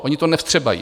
Oni to nevstřebají.